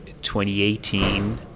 2018